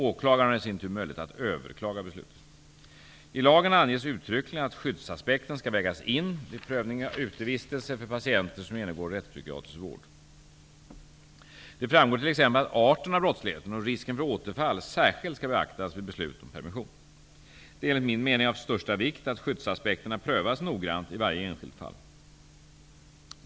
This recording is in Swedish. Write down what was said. Åklagaren har i sin tur möjlighet att överklaga beslutet. I lagen anges uttryckligen att skyddsaspekten skall vägas in vid prövning av utevistelser för patienter som genomgår rättspsykiatrisk vård. Det framgår t.ex. att arten av brottsligheten och risken för återfall särskilt skall beaktas vid beslut om permission. Det är enligt min mening av största vikt att skyddaspekterna prövas noggrant i varje enskilt fall.